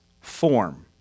form